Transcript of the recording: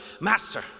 Master